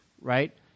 right